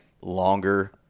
longer